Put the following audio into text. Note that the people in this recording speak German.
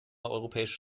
europäische